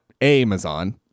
Amazon